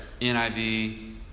NIV